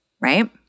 right